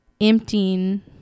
emptying